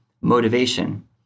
motivation